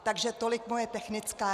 Takže tolik moje technická.